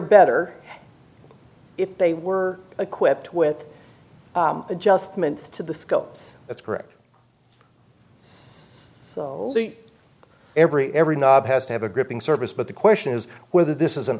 better if they were equipped with adjustments to the scopes that's correct so every every knob has to have a gripping service but the question is whether this is an